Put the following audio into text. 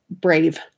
brave